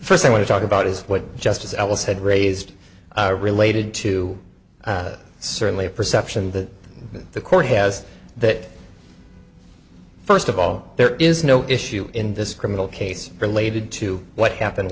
want to talk about is what justice alice had raised related to certainly a perception that the court has that first of all there is no issue in this criminal case related to what happened